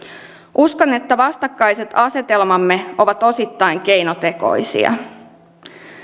uskon että vastakkaiset asetelmamme ovat osittain keinotekoisia